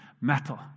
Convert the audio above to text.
metal